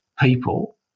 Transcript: People